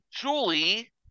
Julie